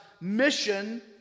mission